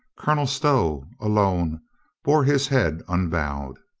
colonel stow alone bore his head unbowed.